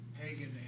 pagan